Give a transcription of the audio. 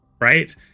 right